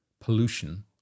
pollution